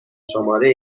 شماره